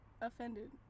offended